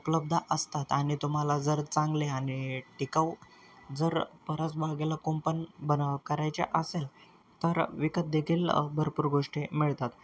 उपलब्ध असतात आणि तुम्हाला जर चांगले आणि टिकाऊ जर परस बागेला कुंपण बन करायचे असेल तर विकतदेखील भरपूर गोष्टी मिळतात